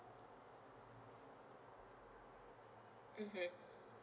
mmhmm